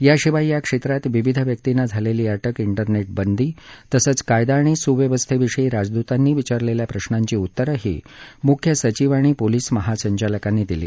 याशिवाय या क्षेत्रात विविध व्यक्तींना झालेली अटक त्रिरनेटबंदी तसंच कायदा आणि सुव्यवस्थेविषयी राजदुतांनी विचारलेल्या प्रश्नांची उत्तरही मुख्य सचिव आणि पोलीस महासंचालकांनी दिली